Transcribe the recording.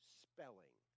spelling